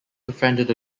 befriended